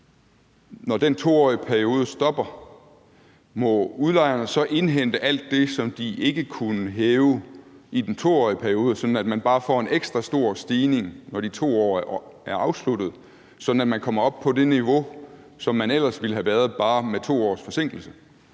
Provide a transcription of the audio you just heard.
Når den 2-årige periode stopper, må udlejerne så indhente alt det, som de ikke kunne hæve huslejerne med i den 2-årige periode, sådan at man bare får en ekstra stor stigning, når de 2 år er omme, så man kommer op på det niveau, som man ellers ville have været på, bare med 2 års forsinkelse?